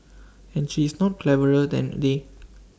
and she is not cleverer than they